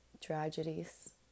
tragedies